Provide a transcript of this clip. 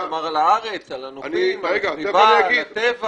הוא שמר גם על הארץ והנופים, על הטבע.